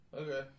okay